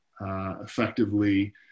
effectively